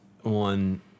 One